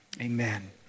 amen